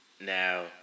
Now